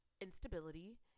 instability